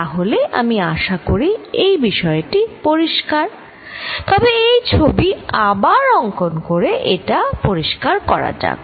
তাহলে আমি আশা করি এই বিষয়টি পরিস্কার তবে এই ছবি আবার অঙ্কন করে এটা পরিষ্কার করা যাক